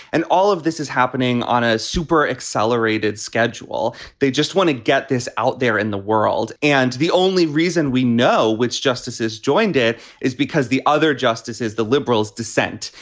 and all of this is happening on a super accelerated schedule. they just want to get this out there in the world. and the only reason we know which justices joined it is because the other justices, the liberals dissent.